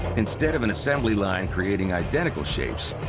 instead of an assembly line creating identikit shapes,